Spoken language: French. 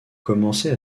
commençait